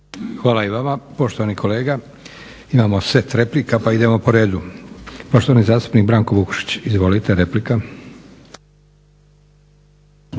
Hvala i vama poštovani kolega. Imamo set replika pa idemo po redu. Poštovani zastupnik Branko Vukšić, izvolite replika.